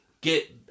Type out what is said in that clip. get